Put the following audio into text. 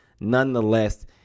Nonetheless